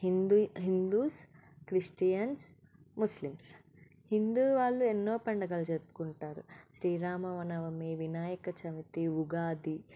Hindi Hindus Christians Muslims Hindu వాళ్ళు ఎన్నో పండుగలు జరుపుకుంటారు శ్రీరామనవమి వినాయక చవతి ఉగాది